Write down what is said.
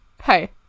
Hi